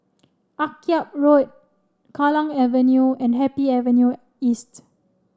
Akyab Road Kallang Avenue and Happy Avenue East